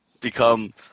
become